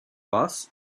bass